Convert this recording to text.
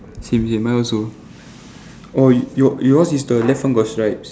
same same mine also oh your yours is the left one got stripes